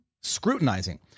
scrutinizing